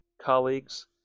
colleagues